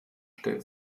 stellte